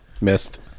missed